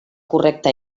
correcta